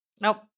Nope